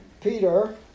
Peter